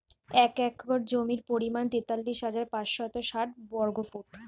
এক একর জমির পরিমাণ তেতাল্লিশ হাজার পাঁচশত ষাট বর্গফুট